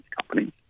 companies